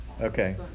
Okay